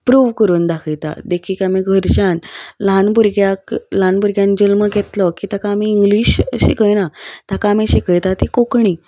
prove करून दाखयता देखीक आमी घरच्यान ल्हान भुरग्याक ल्हान भुरग्यांनी जल्म घेतलो की ताका आमी इंग्लीश शिकयना ताका आमी शिकयता ती कोंकणी